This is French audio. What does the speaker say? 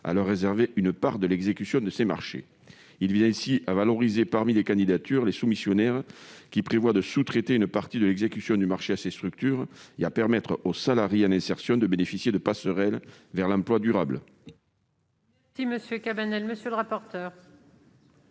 à leur réserver une part de l'exécution de ces marchés. Il s'agit ainsi de valoriser les candidatures des soumissionnaires qui prévoient de sous-traiter une partie de l'exécution du marché à ces structures, afin de permettre aux salariés en insertion de bénéficier de passerelles vers un emploi durable. Quel est l'avis de la commission ?